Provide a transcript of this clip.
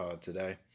today